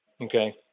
Okay